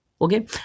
okay